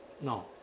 no